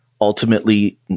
ultimately